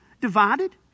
divided